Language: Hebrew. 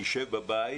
יישב בבית,